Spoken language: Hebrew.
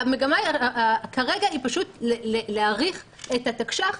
והמגמה כרגע היא פשוט להאריך את התקש"ח